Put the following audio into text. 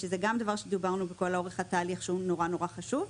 שזה גם דבר שדיברנו לכל אורך התהליך שהוא נורא נורא חשוב.